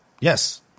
Yes